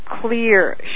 clear